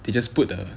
they just put a